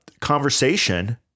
conversation